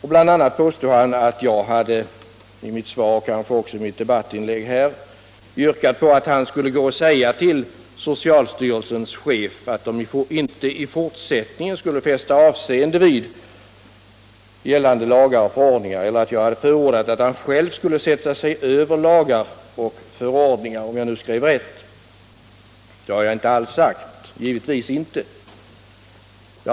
Han påstod också att jag i mitt tack för svaret och kanske även i debattinlägget här hade yrkat att socialministern skulle säga till socialstyrelsens chef att man inte i fortsättningen skulle fästa avseende vid gällande lagar och förordningar —- om jag nu antecknade rätt — eller att jag hade förordat att socialministern själv skulle sätta sig över lagar och förordningar. Så har jag givetvis inte sagt.